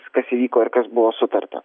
kas įvyko ir kas buvo sutarta